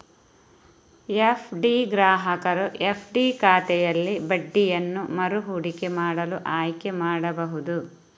FD ಗ್ರಾಹಕರು FD ಖಾತೆಯಲ್ಲಿ ಬಡ್ಡಿಯನ್ನು ಮರು ಹೂಡಿಕೆ ಮಾಡಲು ಆಯ್ಕೆ ಮಾಡಬಹುದು